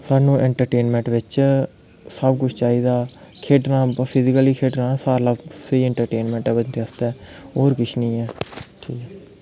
सानूं इंट्रटेनमैंट बिच्च सब कुछ चाहिदा खेढना फिजिकली फिट्ट रौह्ना सारें कोला दा स्हेई इंट्रटेनमैंट ऐ बंदै आस्तै होर किश निं ऐ ठीक